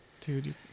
dude